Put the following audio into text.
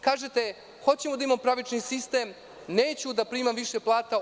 Kažete – hoćemo da imamo pravični sistem, neću da primam više plata.